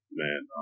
man